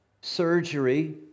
surgery